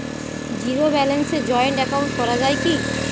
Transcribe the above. Zero ব্যালেন্সে joint account করা য়ায় কি?